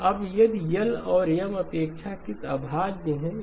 अब यदि L और M अपेक्षाकृत अभाज्य हैं